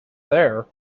there